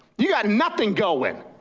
you got nothing going.